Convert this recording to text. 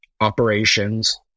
operations